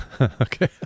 Okay